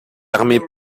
armée